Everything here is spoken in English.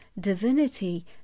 divinity